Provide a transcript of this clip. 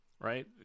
Right